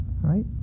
Right